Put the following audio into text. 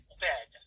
bed